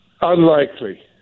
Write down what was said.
Unlikely